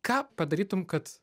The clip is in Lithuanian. ką padarytum kad